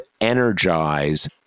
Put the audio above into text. energize